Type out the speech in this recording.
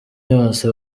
yose